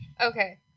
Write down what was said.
Okay